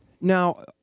Now